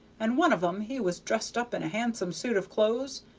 and one of em, he was dressed up in a handsome suit of clothes,